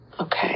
Okay